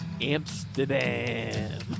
Amsterdam